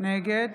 נגד